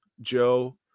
Joe